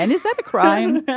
and is that a crime